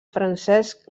francesc